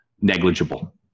negligible